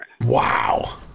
Wow